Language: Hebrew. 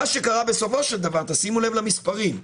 מה שקרה בסופו של דבר, שימו לב למספרים,